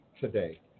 today